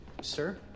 Sir